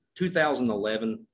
2011